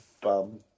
bum